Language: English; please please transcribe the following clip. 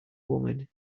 woman